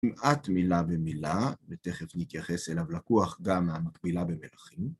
כמעט מילה במילה, ותכף נתיחס אליו, לקוח גם מהמקבילה במלכים